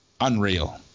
unreal